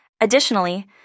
Additionally